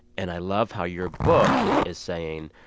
and i love how your book is saying,